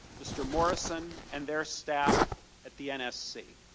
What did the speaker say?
mr. morrison, and they are staffed at the nfc.